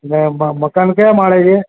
ને મ મકાન કયા માળે છે